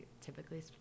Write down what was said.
typically